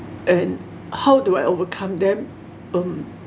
and how do I overcome them um